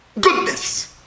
goodness